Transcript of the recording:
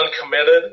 uncommitted